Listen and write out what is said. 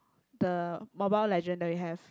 the Mobile Legend that we have